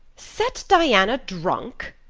set diana drunk!